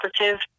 operative